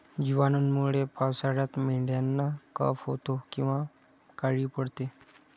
जिवाणूंमुळे पावसाळ्यात मेंढ्यांना कफ होतो किंवा काळी पडते